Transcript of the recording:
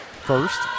first